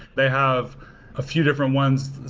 they have a few different ones.